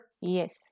Yes